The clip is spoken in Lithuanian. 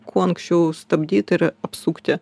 kuo anksčiau stabdyti ir apsukti